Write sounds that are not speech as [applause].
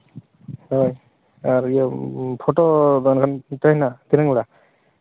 ᱦᱮᱸ ᱟᱨ ᱤᱭᱟᱹ ᱯᱷᱳᱴᱳ [unintelligible]